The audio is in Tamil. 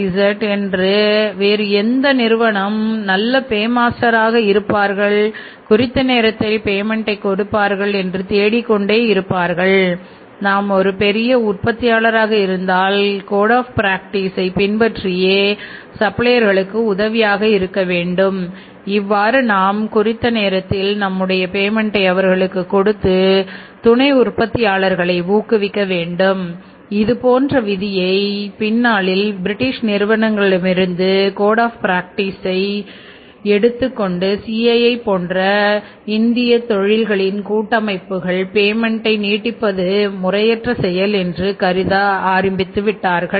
ABCD என்று எந்த நிறுவனமும் ஒரு நல்லபேமாஸ்டர் உதவியாக இருக்க வேண்டும் இவ்வாறு நாம் குறித்த நேரத்தில் நம்முடைய பேமென்ட்டை நீட்டிப்பது முறையற்ற செயல் என்று கருத ஆரம்பித்து விட்டார்கள்